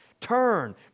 Turn